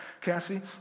cassie